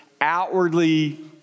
outwardly